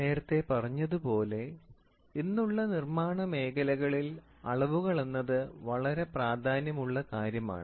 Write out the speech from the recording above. നേരത്തെ പറഞ്ഞത് പോലെ ഇന്നുള്ള നിർമ്മാണമേഖലകളിൽ അളവുകൾ എന്നത് വളരെ പ്രാധാന്യമുള്ള കാര്യമാണ്